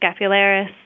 scapularis